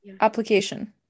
application